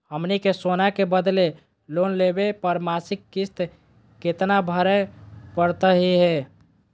हमनी के सोना के बदले लोन लेवे पर मासिक किस्त केतना भरै परतही हे?